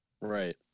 Right